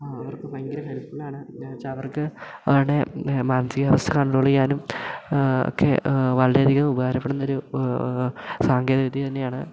അവർക്ക് ഭയങ്കര ഹെൽപ്ഫുള്ള് ആണ് എന്ന് വെച്ചാൽ അവർക്ക് അവരുടെ മാനസികാവസ്ഥ കൺട്രോള് ചെയ്യാനും ഒക്കെ വളരെയധികം ഉപകാരപ്പെടുന്ന ഒരു സാങ്കേതികവിദ്യ തന്നെയാണ്